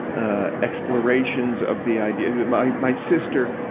ah, explorations of the ideas my, my sister,